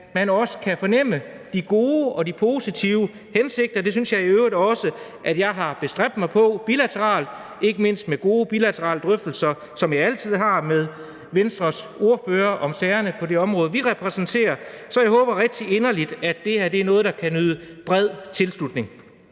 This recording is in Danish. at man også kan fornemme de gode og de positive hensigter. Det synes jeg i øvrigt også jeg har bestræbt mig på bilateralt, ikke mindst med gode bilaterale drøftelser, som jeg altid har med Venstres ordfører om sagerne på det område, som vi repræsenterer. Så jeg håber rigtig inderligt, at det her er noget, der kan nyde bred tilslutning.